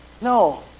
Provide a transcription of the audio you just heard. No